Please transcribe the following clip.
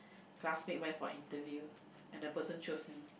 classmate when for interview and the person choose me